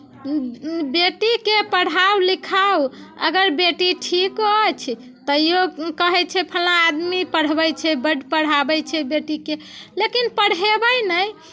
बेटीके पढ़ाउ लिखाउ अगर बेटी ठीक अछि तैओ कहै छै फल्लाँ आदमी पढ़बै छै बड्ड पढ़ाबै छै बेटीके लेकिन पढ़ेबै नहि